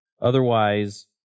Otherwise